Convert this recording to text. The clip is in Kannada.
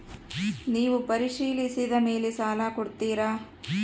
ನೇವು ಪರಿಶೇಲಿಸಿದ ಮೇಲೆ ಸಾಲ ಕೊಡ್ತೇರಾ?